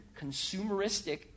consumeristic